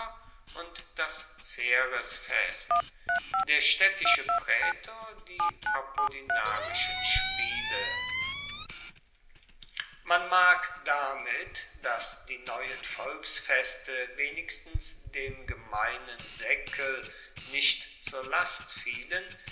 und das ceresfest der staedtische praetor die apollinarischen spiele man mag damit dass die neuen volksfeste wenigstens dem gemeinen saeckel nicht zur last fielen